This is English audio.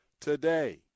Today